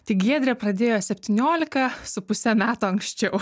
tai giedrė pradėjo septyniolika su puse metų anksčiau